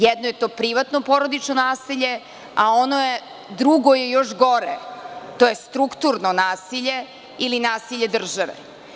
Jedno je to privatno porodično nasilje, a ono drugo je još gore, to je strukturno nasilje ili nasilje države.